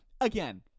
Again